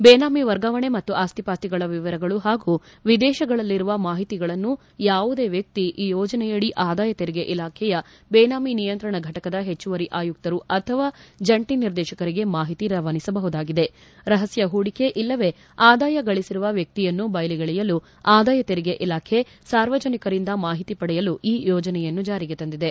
ಬೇನಾಮಿ ವರ್ಗಾವಣೆ ಮತ್ತು ಆಸ್ತಿ ಪಾಸ್ತಿಗಳ ವರಗಳು ಹಾಗೂ ವಿದೇಶಗಳಲ್ಲಿರುವ ಮಾಹಿತಿಯನ್ನು ಯಾವುದೇ ವ್ಯಕ್ತಿ ಈ ಯೋಜನೆಯಡಿ ಆದಾಯ ತೆರಿಗೆ ಇಲಾಖೆಯ ಬೇನಾಮಿ ನಿಯಂತ್ರಣ ಘಟಕದ ಹೆಚ್ಚುವರಿ ಆಯುಕ್ತರು ಅಥವಾ ಜಂಟಿ ನಿರ್ದೇಶಕರಿಗೆ ಮಾಹಿತಿ ರವಾನಿಸಬಹುದಾಗಿದೆ ರಹಸ್ನ ಹೂಡಿಕೆ ಇಲ್ಲವೆ ಆದಾಯ ಗಳಿಸಿರುವ ವ್ಯಕ್ತಿಗಳನ್ನು ಬಯಲಿಗೆಳೆಯಲು ಆದಾಯ ತೆರಿಗೆ ಇಲಾಖೆ ಸಾರ್ವಜನಿಕರಿಂದ ಮಾಹಿತಿ ಪಡೆಯಲು ಈ ಯೋಜನೆಯನ್ನು ಜಾರಿಗೆ ತಂದಿದೆ